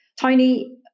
Tony